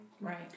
Right